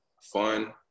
fun